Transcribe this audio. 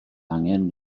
angen